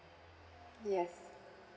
yes